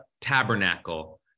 tabernacle